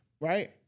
Right